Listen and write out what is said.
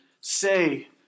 say